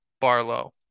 Barlow